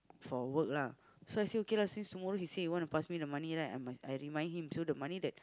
for work lah so I say okay lah since tomorrow he say he want to pass me the money right I m~ I remind him so the money that